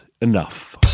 enough